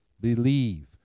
believe